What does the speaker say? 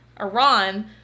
Iran